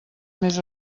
més